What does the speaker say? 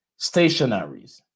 stationaries